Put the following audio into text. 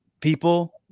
people